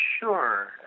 sure